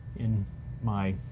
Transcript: in my